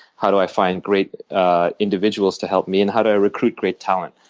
how do i find great individuals to help me and how do i recruit great talent.